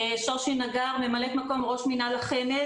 שושי נגר, ממלאת מקום ראש מינהל החמ"ד.